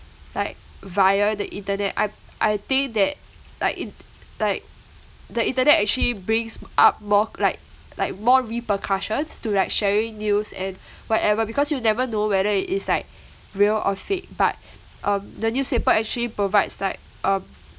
like via the internet I I think that like in~ like the internet actually brings up more like like more repercussions to like sharing news and whatever because you never know whether it's like real or fake but um the newspaper actually provides like um